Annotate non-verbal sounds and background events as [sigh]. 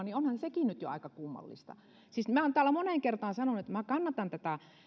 [unintelligible] niin onhan sekin nyt jo aika kummallista siis minä olen täällä moneen kertaan sanonut että minä kannatan tätä